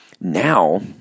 Now